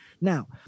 Now